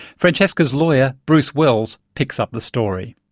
francesca's lawyer, bruce wells, picks up the story.